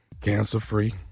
cancer-free